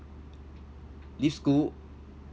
leave school